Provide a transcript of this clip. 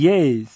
Yes